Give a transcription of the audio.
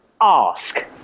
ask